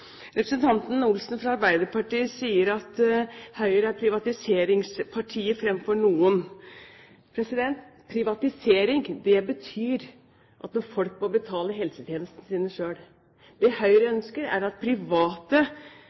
Representanten Wenche Olsen fra Arbeiderpartiet sier at Høyre er «privatiseringspartiet framfor noen». Privatisering betyr at folk må betale helsetjenestene sine selv. Det Høyre ønsker, er at private